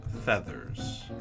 feathers